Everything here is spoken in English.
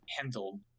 handled